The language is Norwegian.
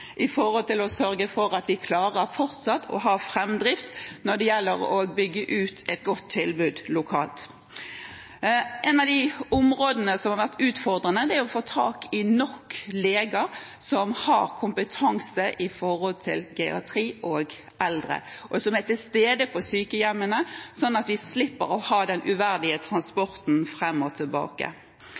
å sørge for at de fortsatt klarer å ha framdrift når det gjelder å bygge ut et godt tilbud lokalt, har ministeren i dag. En av utfordringene har vært å få tak i nok leger som har kompetanse på geriatri og eldre, og som er til stede på sykehjemmene, sånn at vi slipper å ha den uverdige transporten fram og tilbake.